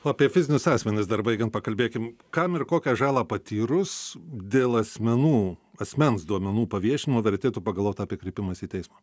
o apie fizinius asmenis dar baigiant pakalbėkim kam ir kokią žalą patyrus dėl asmenų asmens duomenų paviešinimo vertėtų pagalvot apie kreipimąsi į teismą